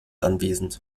anwesend